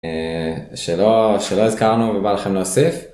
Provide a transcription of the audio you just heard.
אהה שלא שלא הזכרנו ובא לכם להוסיף.